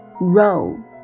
Row